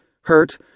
hurt